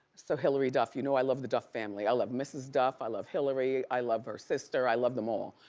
so hilary duff, you know i love the duff family. i love mrs. duff, i love hilary, i love her sister, i love them all,